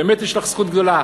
באמת יש לך זכות גדולה,